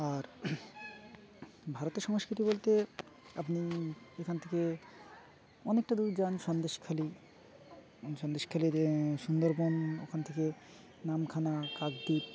আর ভারতের সংস্কৃতি বলতে আপনি এখান থেকে অনেকটা দূর যান সন্দেশখালী সন্দেশখালীর সুন্দরবন ওখান থেকে নামখানা কাকদ্বীপ